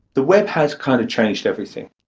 the web has kind of changed everything.